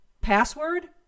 password